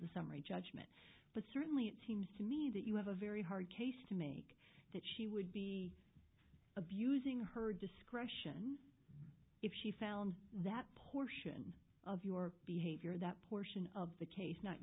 the summary judgment but certainly it seems to me that you have a very hard case to make that she would be abusing her discretion if she found that portion of your behavior that portion of the case not